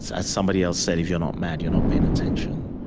as somebody else said, if you're not mad, you're not paying attention.